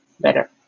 better